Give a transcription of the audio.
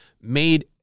made